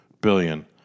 Billion